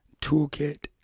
toolkit